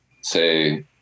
say